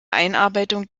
einarbeitung